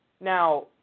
Now